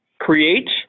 create